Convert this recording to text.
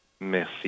Merci